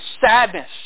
sadness